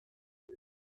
wij